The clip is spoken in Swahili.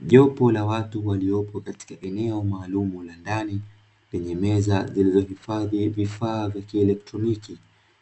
Jopo la watu waliopo katika eneo maalumu la ndani lenye meza zilizohifadhi vifaa vya kielektroniki,